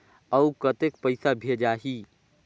अउ कतेक पइसा भेजाही?